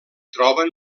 troben